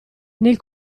nel